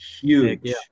Huge